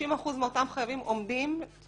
50% מאותם חייבים עומדים בצו החיוב בתשלומים.